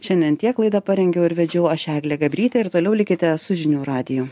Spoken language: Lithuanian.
šiandien tiek laidą parengiau ir vedžiau aš eglė gabrytė ir toliau likite su žinių radiju